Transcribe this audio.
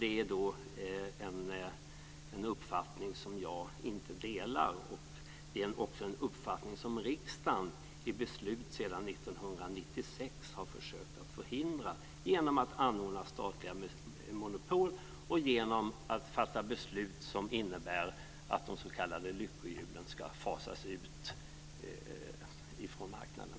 Det är en uppfattning som jag inte delar. Det är också en uppfattning som riksdagen i beslut redan 1996 har försökt att förhindra genom att anordna statliga monopol och genom att fatta beslut som innebär att s.k. lyckohjulen ska fasas ut från marknaden.